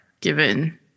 given